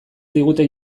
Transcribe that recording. digute